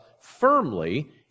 firmly